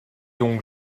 donc